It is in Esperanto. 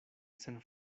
sen